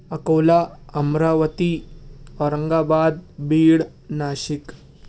Akola Amravati Aurangabad Beed Nashik